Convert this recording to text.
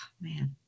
man